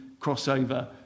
crossover